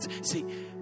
See